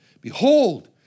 Behold